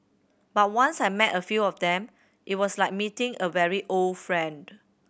but once I met a few of them it was like meeting a very old friend